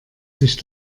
sich